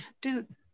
Dude